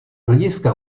hlediska